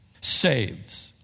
saves